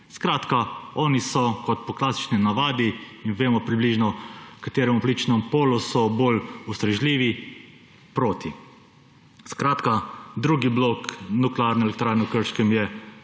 Skratka, oni so kot po klasični navadi – in vemo približno, katerem prečnem polu so bolj ustrežljivi – proti. Skratka, drugi blok nuklearne elektrarne v Krškem je